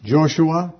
Joshua